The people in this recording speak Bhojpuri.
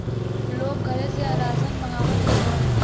लोग घरे से रासन मंगवावत हउवन